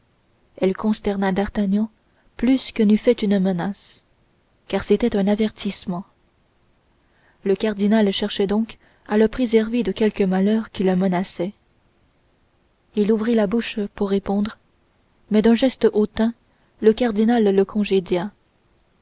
elle consterna d'artagnan plus que n'eût fait une menace car c'était un avertissement le cardinal cherchait donc à le préserver de quelque malheur qui le menaçait il ouvrit la bouche pour répondre mais d'un geste hautain le cardinal le congédia